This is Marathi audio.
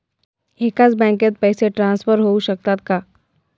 एकाच बँकेत पैसे ट्रान्सफर होऊ शकतात का?